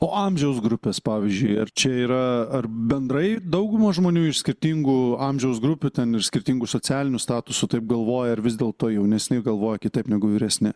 o amžiaus grupės pavyzdžiui ar čia yra ar bendrai daugumas žmonių iš skirtingų amžiaus grupių ten ir skirtingu socialiniu statusu taip galvoja ar vis dėlto jaunesni galvoja kitaip negu vyresni